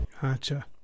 Gotcha